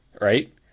right